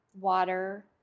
water